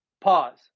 Pause